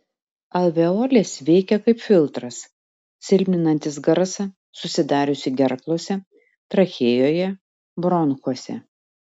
alveolės veikia kaip filtras silpninantis garsą susidariusį gerklose trachėjoje bronchuose